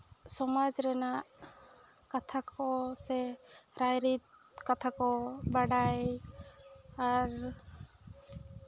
ᱥᱚᱢᱟᱡᱽ ᱨᱮᱱᱟᱜ ᱠᱟᱛᱷᱟ ᱠᱚ ᱥᱮ ᱨᱟᱭᱨᱤᱛ ᱠᱟᱛᱷᱟ ᱠᱚ ᱵᱟᱰᱟᱭ ᱟᱨ